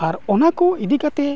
ᱟᱨ ᱚᱱᱟᱠᱚ ᱤᱫᱤ ᱠᱟᱛᱮᱫ